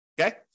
Okay